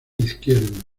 izquierdo